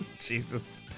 Jesus